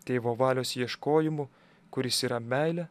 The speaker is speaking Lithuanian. tėvo valios ieškojimu kuris yra meilė